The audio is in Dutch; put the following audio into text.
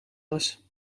was